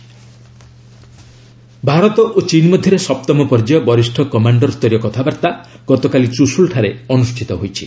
Indo China Bharat ଓ ଚୀନ୍ ମଧ୍ୟରେ ସପ୍ତମ ପର୍ଯ୍ୟାୟ ବରିଷ୍ଣ କମାଣ୍ଡର ସ୍ତରୀୟ କଥାବାର୍ତ୍ତା ଗତକାଲି ଚୁଶୁଲଠାରେ ଅନୁଷ୍ଠିତ ହୋଇଛି